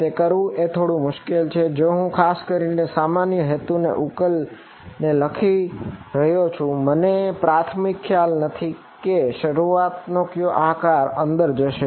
તે કરવું એ થોડું મુશ્કેલ છે જો હું ખાસ કરીને સામાન્ય હેતુના ઉકેલ ને લખી રહ્યો છું મને પ્રાથમિક ખ્યાલ નથી કે શરૂઆતનો કયો આકાર અંદર જશે